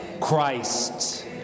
Christ